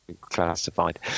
Classified